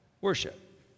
worship